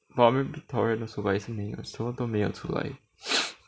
我们 Victorian also but 也是没有什么都没有出来